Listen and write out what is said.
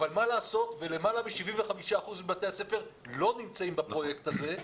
אבל מה לעשות ולמעלה מ-75 אחוזים מבתי הספר לא נמצאים בפרויקט הזה.